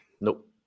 nope